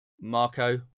Marco